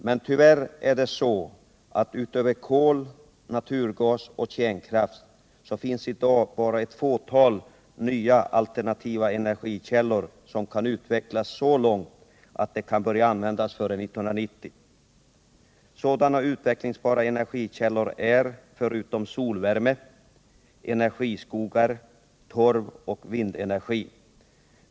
Men tyvärr finns i dag utöver kol, naturgas och kärnkraft bara ett fåtal nya alternativa energikällor som kan utvecklas så långt att de kan börja användas före 1990. Sådana utvecklingsbara energikällor är — förutom solvärme — energiskogar, torv och vindenergi.